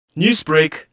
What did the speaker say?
Newsbreak